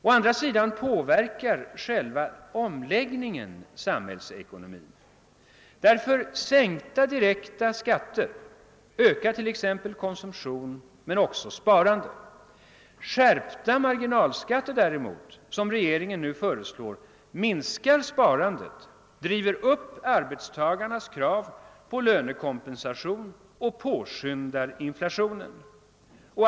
Å andra sidan påverkar själva omläggningen samhällsekonomin, ty sänkta direkta skatter ökar t.ex. konsumtionen men också sparandet. Skärpta marginalskatter däremot — som regeringen nu föreslår — minskar sparandet, driver upp arbetstagarnas krav på lönekompensation och påskyndar inflationen.